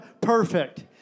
perfect